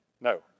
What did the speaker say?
No